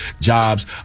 jobs